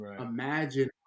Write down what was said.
imagine